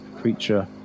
Creature